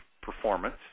performance